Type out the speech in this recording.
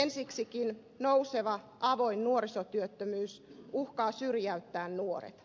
ensiksikin nouseva avoin nuorisotyöttömyys uhkaa syrjäyttää nuoret